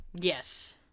Yes